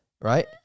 Right